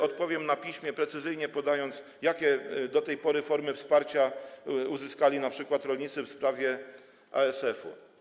odpowiem na piśmie, precyzyjnie podając, jakie do tej pory formy wsparcia uzyskali np. rolnicy w sprawie ASF-u.